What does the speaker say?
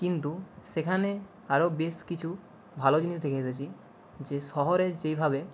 কিন্তু সেখানে আরও বেশ কিছু ভালো জিনিস দেখে এসেছি যে শহরে যেইভাবে